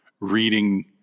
reading